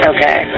Okay